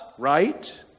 Right